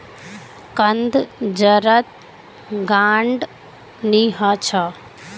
कंद जड़त गांठ नी ह छ